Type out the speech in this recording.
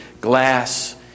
glass